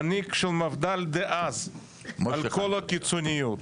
מנהיג של המפד"ל דאז על כל הקיצוניות.